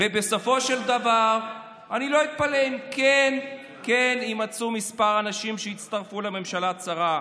ובסופו של דבר אני לא אתפלא אם כן יימצאו כמה אנשים שיצטרפו לממשלה צרה.